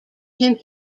him